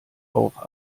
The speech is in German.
auch